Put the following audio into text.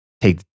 take